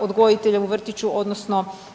odgojitelja u vrtiću, odnosno